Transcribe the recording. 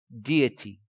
deity